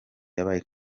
yabaye